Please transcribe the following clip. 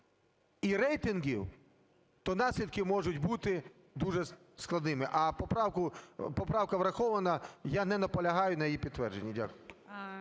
і рейтингів, то наслідки можуть бути дуже складними. А поправка врахована, я не наполягаю на її підтвердженні. Дякую.